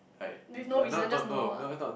with no reason just no ah